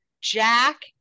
jack